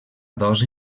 dosi